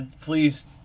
please